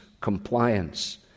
compliance